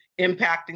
impacting